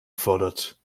fordert